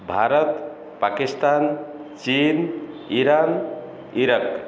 ଭାରତ ପାକିସ୍ତାନ ଚୀନ Iran Iraq